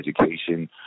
education